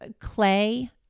clay